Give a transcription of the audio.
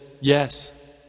Yes